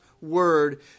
word